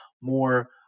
more